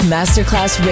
Masterclass